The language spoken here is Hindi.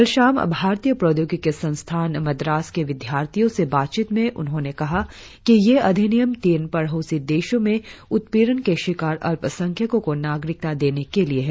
कल शाम भारतीय प्रौद्योगिकी संस्थान मद्रास के विद्यार्थियों से बातचीत में उन्होंने कहा कि यह अधिनियम तीन पड़ोसी देशों में उत्पीड़न के शिकार अल्पसंख्यकों को नागरिकता देने के लिए है